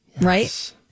right